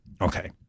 Okay